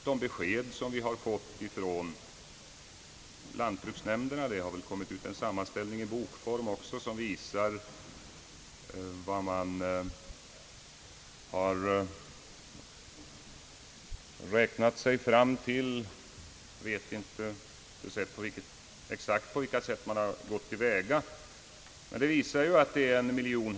De besked som vi har fått från lantbruksnämnderna — en sammanställning har väl också kommit ut i bokform — visar att en miljon hektar kommer utanför linjen; jag vet inte exakt på vilket sätt man har gått till väga vid den uträkningen.